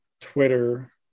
Twitter